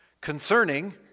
Concerning